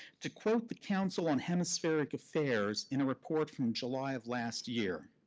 to quote the council on hemispheric affairs in a report from july of last year.